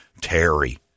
Terry